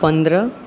पन्द्रह